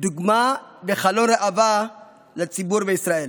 דוגמה וחלון ראווה לציבור בישראל.